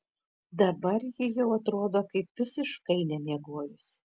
dabar ji jau atrodo kaip visiškai nemiegojusi